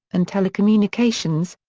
and telecommunications,